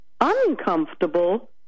uncomfortable